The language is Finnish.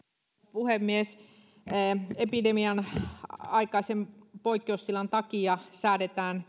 puhemies epidemian aikaisen poikkeustilan takia säädetään